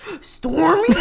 Stormy